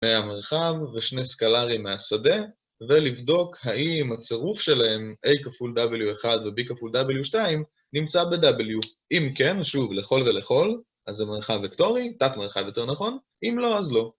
מהמרחב ושני סקלארים מהשדה, ולבדוק האם הצירוף שלהם A כפול W1 ו-B כפול W2 נמצא ב-W. אם כן, שוב, לכל ולכל אז זה מרחב וקטורי, תת מרחב יותר נכון אם לא, אז לא